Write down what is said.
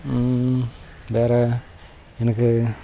வேறு எனக்கு